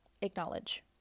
acknowledge